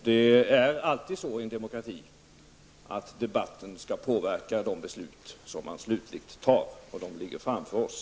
Det är alltid så i en demokrati, att debatten skall påverka de beslut som man slutligt tar -- och de ligger framför oss.